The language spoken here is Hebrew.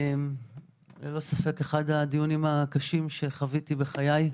ללא ספק אחד הדיונים הקשים שחוויתי בחיי.